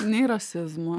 nei rasizmo